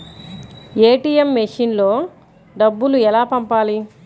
ATM మెషిన్లో డబ్బులు ఎలా పంపాలి?